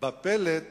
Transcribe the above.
בפלט